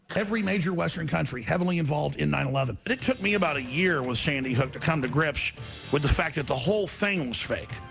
every major western country heavily involved in nine eleven. it took me about a year with sandy hook to come to grips with the fact that the whole thing's fake.